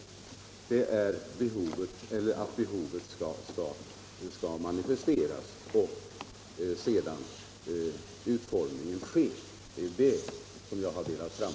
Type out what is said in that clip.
Det är detta som här är det väsentliga och som jag har velat framhålla i mitt svar.